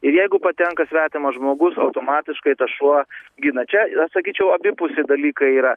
ir jeigu patenka svetimas žmogus automatiškai tas šuo gina čia ir aš sakyčiau abipusiai dalykai yra